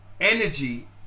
energy